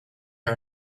are